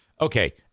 Okay